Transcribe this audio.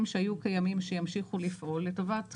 שהיו קיימים שימשיכו לפעול לטובת חברות,